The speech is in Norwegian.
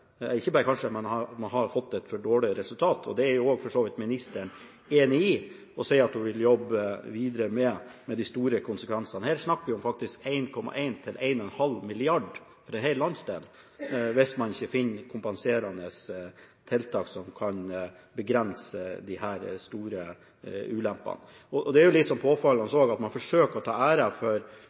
har fått et for dårlig resultat. Det er for så vidt også ministeren enig i og sier at hun vil jobbe videre med de store konsekvensene. Her snakker vi faktisk om 1,1 til 1,5 mrd. kr for en hel landsdel hvis man ikke finner kompenserende tiltak som kan begrense disse store ulempene. Det er jo litt påfallende at man forsøker å ta æren for